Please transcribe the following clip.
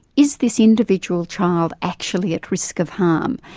is this individual child actually at risk of harm,